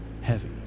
heavy